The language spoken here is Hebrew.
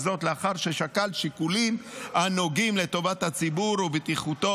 וזאת לאחר ששקל שיקולים הנוגעים לטובת הציבור ובטיחותו